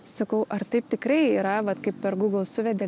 sakau ar taip tikrai yra vat kaip per google suvedi